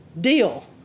deal